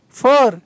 four